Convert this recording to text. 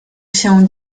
się